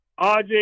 RJ